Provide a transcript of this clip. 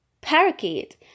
parakeet